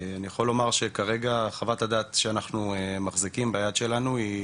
יכול לומר שכרגע חוות הדעת שאנחנו מחזיקים ביד שלנו היא